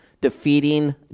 defeating